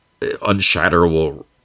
unshatterable